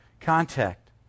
contact